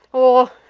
or,